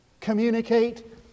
communicate